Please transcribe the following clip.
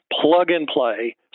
plug-and-play